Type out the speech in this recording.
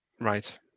Right